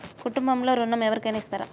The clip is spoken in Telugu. కుటుంబంలో ఋణం ఎవరికైనా ఇస్తారా?